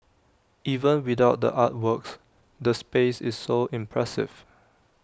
even without the artworks the space is so impressive